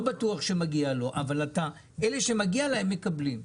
בטוח שמגיע לו אבל אלה שמגיע להם מקבלים.